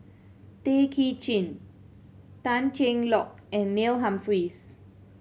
Tay Kay Chin Tan Cheng Lock and Neil Humphreys